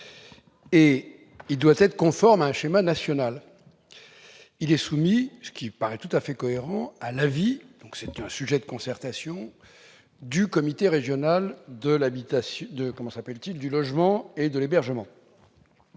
qui soit conforme à un schéma national. Il est soumis, ce qui est tout à fait cohérent, à l'avis- donc, c'est un sujet de concertation -du comité régional du logement. Or le groupe